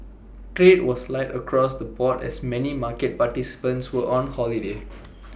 trade was light across the board as many market participants were on holiday